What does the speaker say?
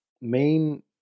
main